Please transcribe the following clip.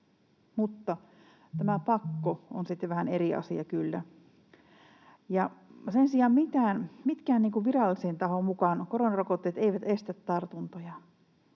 Mutta tämä pakko on sitten vähän eri asia kyllä. Sen sijaan minkään virallisen tahon mukaan koronarokotteet eivät estä tartuntoja.